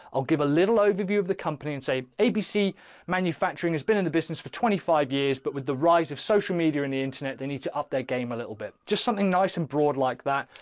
i'll give a little overview of the company and say abc manufacturing has been in the business for twenty five years. but with the rise of social media and the internet, they need to up their game a little bit, just something nice and broad like that.